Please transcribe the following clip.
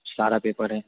सारा पेपर है